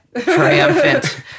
triumphant